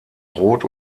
rot